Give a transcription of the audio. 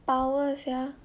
power sia